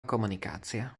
komunikácia